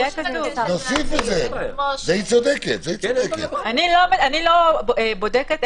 אני לא בודקת,